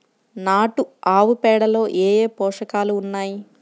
నాటు ఆవుపేడలో ఏ ఏ పోషకాలు ఉన్నాయి?